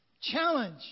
challenge